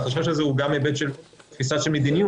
והחשש הזה הוא גם היבט של תפיסה של מדיניות.